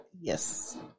yes